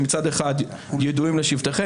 שמצד אחד "ידעים לשבתכם",